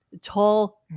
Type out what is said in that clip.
tall